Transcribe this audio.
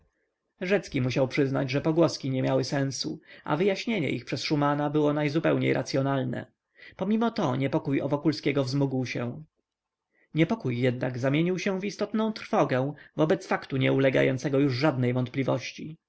rzecki musiał przyznać że pogłoski nie miały sensu a wyjaśnienie ich przez szumana było najzupełniej racyonalne pomimo to niepokój o wokulskiego wzmógł się niepokój jednak zamienił się w istotną trwogę wobec faktu nieulegającego już żadnej wątpliwości